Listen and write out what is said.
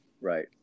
Right